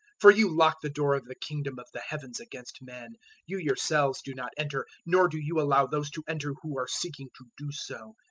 for you lock the door of the kingdom of the heavens against men you yourselves do not enter, nor do you allow those to enter who are seeking to do so.